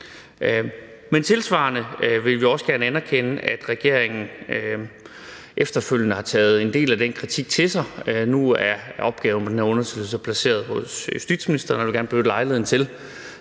Men tilsvarende vil vi også gerne anerkende, at regeringen efterfølgende har taget en del af den kritik til sig. Nu er opgaven med den her undersøgelse placeret hos justitsministeren, og jeg vil også gerne benytte lejligheden til